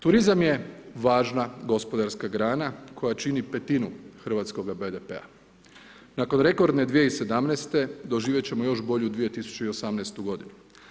Turizam je važna gospodarska grana koja čini petinu hrvatskoga BDP-a. nakon rekordne 2017. doživjet ćemo još bolju 2018. godinu.